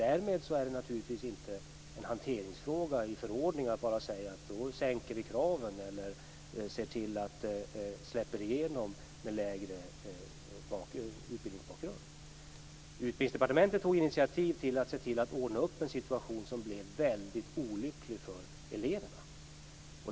Därmed är det inte en hanteringsfråga. Man kan inte bara säga att kraven i förordningen skall sänkas eller att det fordras lägre utbildningsbakgrund för eleverna för att de skall släppas igenom. Utbildningsdepartementet tog initiativ till att ordna upp en situation som blev väldigt olycklig för eleverna.